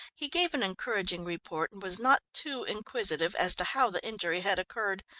he gave an encouraging report, and was not too inquisitive as to how the injury had occurred.